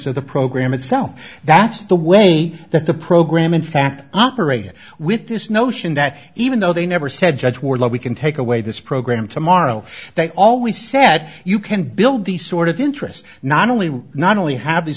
of the program itself that's the way that the program in fact operated with this notion that even though they never said judge were law we can take away this program tomorrow they always said you can build these sort of interest not only will not only have these